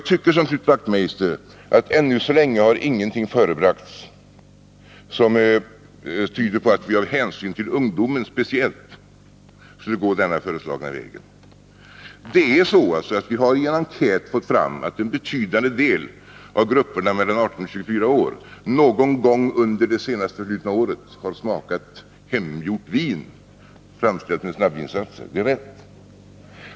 Jag tycker som Knut Wachtmeister att än så länge ingenting har förebragts som tyder på att vi av hänsyn till speciellt ungdomen skulle gå den föreslagna vägen. Det är riktigt att vi i en enkät har fått fram att en betydande del av ungdomar mellan 18 och 24 år någon gång under det senast förflutna året har smakat hemgjort vin, framställt med hjälp av snabbvinsatser.